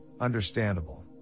understandable